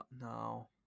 No